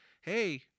Hey